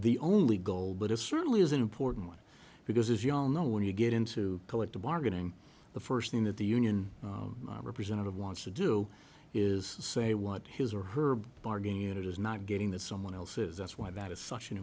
the only goal but it certainly is an important one because as you all know when you get into collective bargaining the first thing that the union representative wants to do is say what his or her bargaining unit is not getting that someone else is that's why that is such an